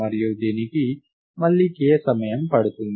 మరియు దీనికి మళ్లీ k సమయం పడుతుంది